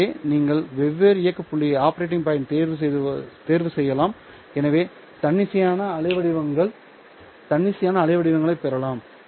எனவே நீங்கள் வெவ்வேறு இயக்க புள்ளியைத் தேர்வு செய்யலாம் எனவே தன்னிச்சையான அலைவடிவங்களைப் பெறலாம்